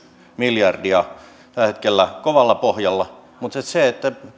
miljardia tällä hetkellä kovalla pohjalla mutta